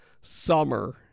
summer